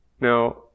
Now